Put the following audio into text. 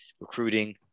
recruiting